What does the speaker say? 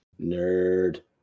Nerd